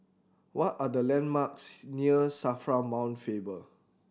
what are the landmarks near SAFRA Mount Faber